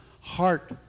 heart